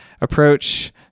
approach